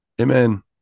Amen